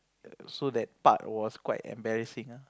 so that part was quite embarrassing ah